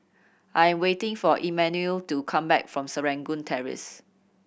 I'm waiting for Emanuel to come back from Serangoon Terrace